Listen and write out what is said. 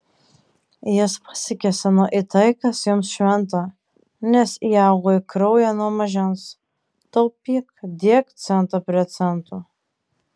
jis pasikėsino į tai kas jums šventa nes įaugo į kraują nuo mažens taupyk dėk centą prie cento